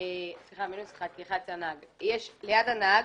מכשיר אחד ליד הנהג,